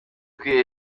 kwihera